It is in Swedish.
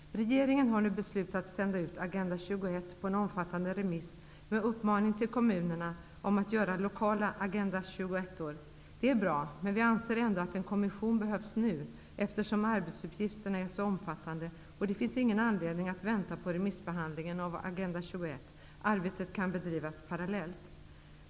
Regeringen har nu beslutat sända ut Agenda 21 på en omfattande remiss med en uppmaning till kommuner att göra lokala Agenda 21:or. Det är bra, men vi anser ändå att en kommission behövs nu, eftersom arbetsuppgifterna är så omfattande. Det finns ingen anledning att vänta på remissbehandlingen av Agenda 21. Arbetet kan bedrivas parallellt.